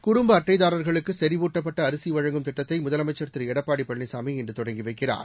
குடும்ப அட்டைதாராகளுக்கு செறிவூட்டப்பட்ட அரிசி வழங்கும் திட்டத்தை முதலமைச்சா் திரு எடப்பாடி பழனிசாமி இன்று தொடங்கி வைக்கிறார்